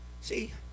see